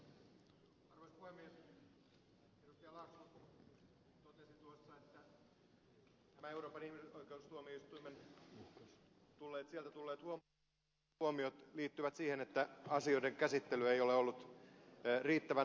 laakso totesi tuossa että nämä euroopan ihmisoikeustuomioistuimesta tulleet tuomiot liittyvät siihen että asioiden käsittely ei ole ollut riittävän nopeaa